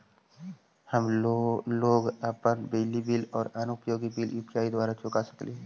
हम लोग अपन बिजली बिल और अन्य उपयोगि बिल यू.पी.आई द्वारा चुका सक ही